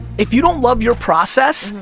if you don't love your process,